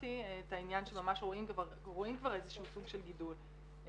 שאמרתי את העניין שממש רואים כבר איזשהו סוג של גידול בפערים.